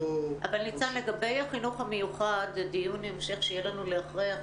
ניצן, לגבי החינוך המיוחד, לדיון אחרי החג.